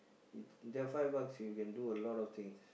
it ya five bucks you can do a lot of things